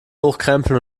hochkrempeln